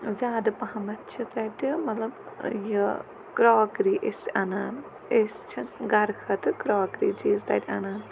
زیادٕ پَہمَتھ چھِ تَتہِ مطلب یہِ کرٛاکری أسۍ اَنان أسۍ چھِ گَرٕ خٲطرٕ کرٛاکری چیٖز تَتہِ اَنان